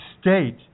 state